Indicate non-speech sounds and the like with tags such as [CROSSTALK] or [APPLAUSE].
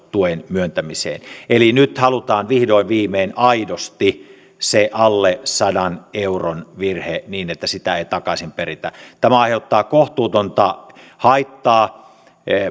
[UNINTELLIGIBLE] tuen myöntämiseen eli nyt halutaan vihdoin viimein aidosti se alle sadan euron virhe niin että sitä ei takaisin peritä tämä aiheuttaa kohtuutonta haittaa